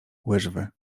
łyżwy